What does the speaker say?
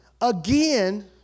again